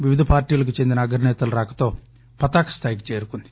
వివిధ పార్టీలకు చెందిన అగ్రనేతల రాకతో పతాకస్థాయికి చేరుకుంది